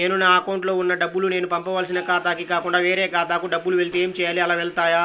నేను నా అకౌంట్లో వున్న డబ్బులు నేను పంపవలసిన ఖాతాకి కాకుండా వేరే ఖాతాకు డబ్బులు వెళ్తే ఏంచేయాలి? అలా వెళ్తాయా?